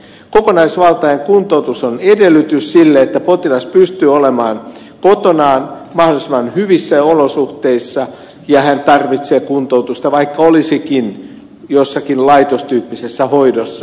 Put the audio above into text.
kokonaisvaltainen kuntoutus on edellytys sille että potilas pystyy olemaan kotonaan mahdollisimman hyvissä olosuhteissa ja hän tarvitsee kuntoutusta vaikka olisikin jossakin laitostyyppisessä hoidossa